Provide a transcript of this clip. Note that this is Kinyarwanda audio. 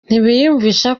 ntibiyumvisha